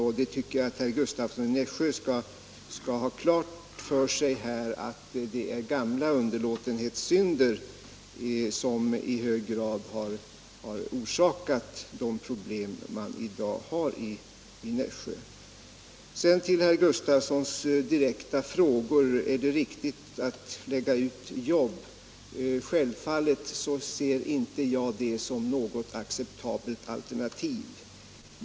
Jag tycker att herr Gustavsson i Nässjö skall ha klart för sig att det i hög grad är gamla underlåtenhetssynder som har orsakat dagens problem i Nässjö. Sedan till herr Gustavssons direkta fråga, om det är riktigt att lägga ut jobb i utlandet. Självfallet betraktar jag inte det som något acceptabelt alternativ.